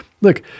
Look